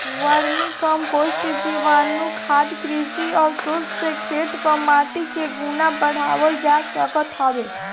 vermi compost, जीवाणुखाद, कृषि अवशेष से खेत कअ माटी के गुण बढ़ावल जा सकत हवे